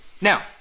now